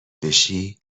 بشی